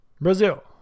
Brazil